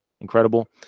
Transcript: incredible